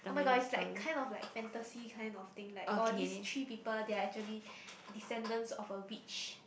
oh-my-god is like kind of like fantasy kind of thing or these three people they're actually descendant of a witch